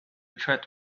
tread